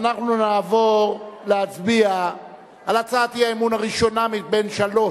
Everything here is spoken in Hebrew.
ואנחנו נעבור להצביע על הצעת האי-אמון הראשונה משלוש,